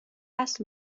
وصل